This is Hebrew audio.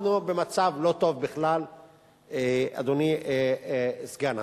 אנחנו במצב לא טוב בכלל, אדוני סגן השר.